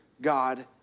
God